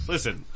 Listen